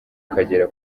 ukagera